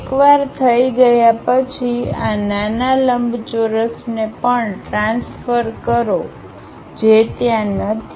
એકવાર થઈ ગયા પછી આ નાના લંબચોરસને પણ ટ્રાન્સફર કરો જે ત્યાં નથી